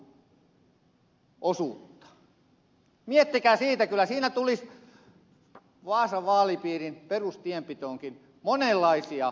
miettikää sitä kyllä siinä tulisi vaasan vaalipiirin perustienpitoonkin monenlaisia kohteita